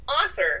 author